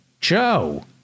Joe